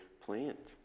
plant